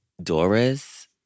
Doris